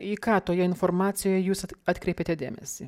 į ką toje informacijoje jūs atkreipėte dėmesį